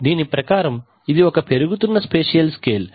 దీని ప్రకారం ఇది ఒక పెరుగుతున్న స్పెషియల్ స్కేల్